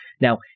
Now